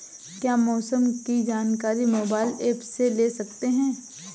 क्या मौसम की जानकारी मोबाइल ऐप से ले सकते हैं?